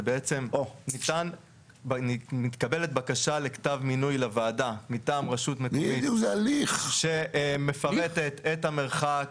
בעצם מתקבלת בקשה לכתב מינוי לוועדה מטעם רשות מקומית שמפרטת את המרחק,